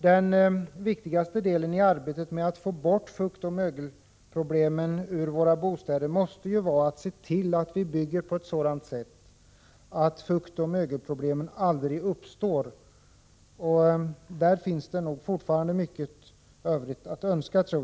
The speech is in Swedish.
Den viktigaste delen i arbetet med att få bort fukt och mögel ur våra bostäder måste vara att se till att vi bygger på ett sådant sätt att fuktoch mögelproblem aldrig uppstår. Där finns det fortfarande mycket övrigt att önska.